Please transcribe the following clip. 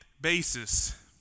basis